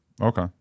Okay